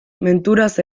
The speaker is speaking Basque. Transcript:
menturaz